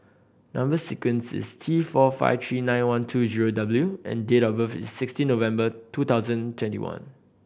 number sequence is T four five three nine one two zero W and date of birth is sixteen November two thousand twenty one